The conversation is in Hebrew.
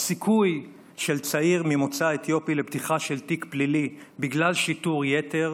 הסיכוי של צעיר ממוצא אתיופי לפתיחה של תיק פלילי בגלל שיטור-יתר,